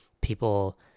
people